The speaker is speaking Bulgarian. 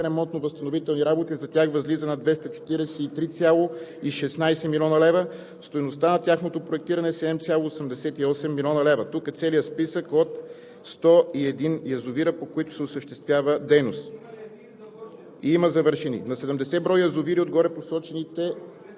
тоест 101 броя открити строителни площадки. Стойността на предвидените ремонтно-възстановителни работи за тях възлиза на 243,16 млн. лв. Стойността на тяхното проектиране е 7,88 млн. лв. Тук е целият списък от 101 язовира, по които се осъществява дейност.